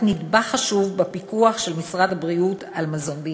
נדבך חשוב בפיקוח של משרד הבריאות על מזון בישראל.